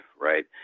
right